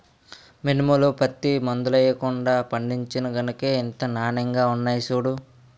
మినుములు, పత్తి మందులెయ్యకుండా పండించేను గనకే ఇంత నానెంగా ఉన్నాయ్ సూడూ